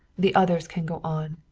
the others can go on.